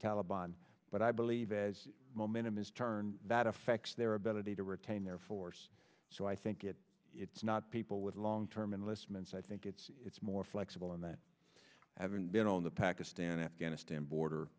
taliban but i believe as momentum is turn that affects their ability to retain their force so i think it it's not people with long term enlistments i think it's it's more flexible in that having been on the pakistan afghanistan border